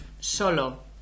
Solo